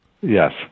Yes